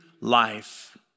life